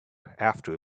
after